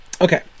Okay